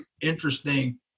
interesting